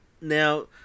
Now